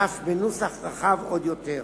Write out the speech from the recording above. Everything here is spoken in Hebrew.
ואף בנוסח רחב עוד יותר.